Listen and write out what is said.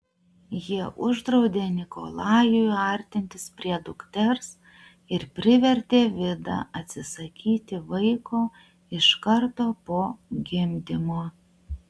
jie uždraudė nikolajui artintis prie dukters ir privertė vidą atsisakyti vaiko iš karto po gimdymo